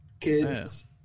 kids